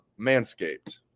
Manscaped